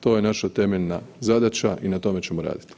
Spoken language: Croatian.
To je naša temeljna zadaća i na tome ćemo radit.